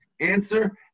Answer